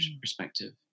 perspective